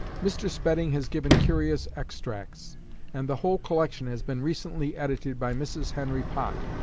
mr. spedding has given curious extracts and the whole collection has been recently edited by mrs. henry pott.